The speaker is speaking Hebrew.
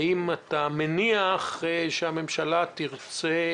האם אתה מניח שהממשלה תרצה